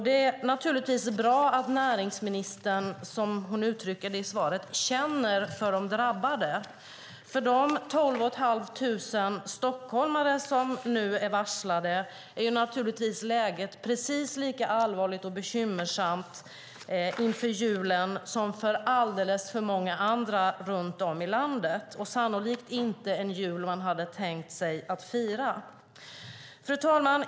Det är bra att näringsministern, som hon uttrycker det i svaret, känner för de drabbade. För de 12 500 stockholmare som nu är varslade är naturligtvis läget precis lika allvarligt och bekymmersamt inför julen som för alldeles för många andra runt om i landet. Det blir sannolikt inte den jul man hade tänkt sig att fira. Fru talman!